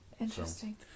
Interesting